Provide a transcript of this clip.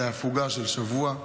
להפוגה של שבוע,